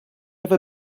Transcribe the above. ever